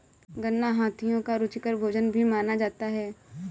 गन्ना हाथियों का रुचिकर भोजन भी माना जाता है